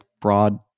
broad